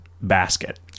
basket